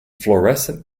fluorescent